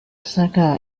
saga